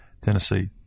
Tennessee